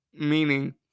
meaning